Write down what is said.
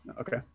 Okay